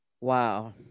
Wow